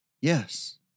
Yes